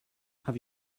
have